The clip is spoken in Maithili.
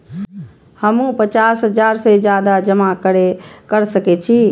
हमू पचास हजार से ज्यादा जमा कर सके छी?